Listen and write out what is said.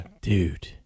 Dude